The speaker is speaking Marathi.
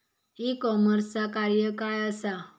ई कॉमर्सचा कार्य काय असा?